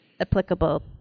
applicable